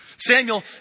Samuel